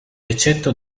eccetto